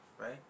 right